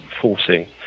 forcing